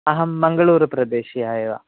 अहं मङ्गलूरुप्रदेशीय एव